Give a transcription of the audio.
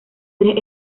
tres